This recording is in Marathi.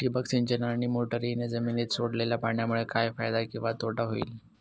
ठिबक सिंचन आणि मोटरीने जमिनीत सोडलेल्या पाण्यामुळे काय फायदा किंवा तोटा होईल?